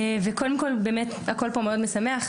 קודם כל, באמת, הכול פה מאוד משמח.